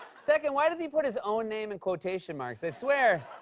second, why does he put his own name in quotation marks? i swear,